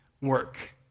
work